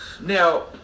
Now